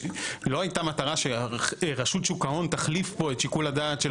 לא הייתה מטרה שרשות שוק ההון תחליף פה את שיקול הדעת של הקופות.